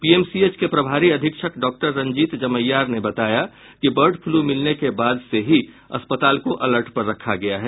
PMCH के प्रभारी अधीक्षक डॉक्टर रंजीत जमैयार ने बताया कि बर्ड फ्लू मिलने के बाद से ही अस्पताल को अलर्ट पर रखा गया है